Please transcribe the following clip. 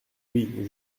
oui